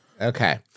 okay